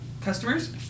customers